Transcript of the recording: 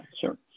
sure